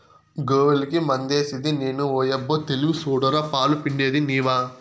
గోవులకి మందేసిది నేను ఓయబ్బో తెలివి సూడరా పాలు పిండేది నీవా